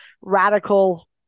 radical